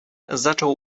zaczął